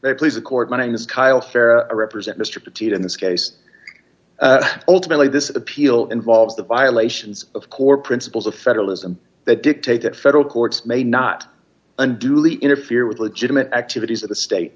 there please the court my name is kyle farah represent mr petite in this case ultimately this appeal involves the violations of core principles of federalism that dictate that federal courts may not unduly interfere with legitimate activities of the state